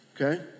Okay